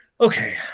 okay